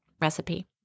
recipe